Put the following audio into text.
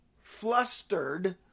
flustered